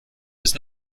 bis